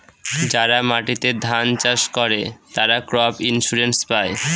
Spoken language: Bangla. যারা মাটিতে ধান চাষ করে, তারা ক্রপ ইন্সুরেন্স পায়